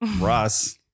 Ross